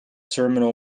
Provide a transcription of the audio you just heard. terminal